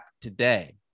today